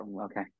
okay